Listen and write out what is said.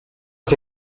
che